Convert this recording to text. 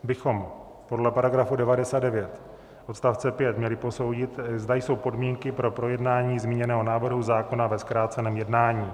bychom podle § 99 odst. 5 měli posoudit, zda jsou podmínky pro projednání zmíněného návrhu zákona ve zkráceném jednání.